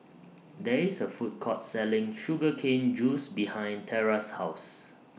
There IS A Food Court Selling Sugar Cane Juice behind Tera's House